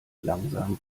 langsam